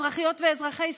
אזרחיות ואזרחי ישראל,